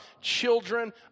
children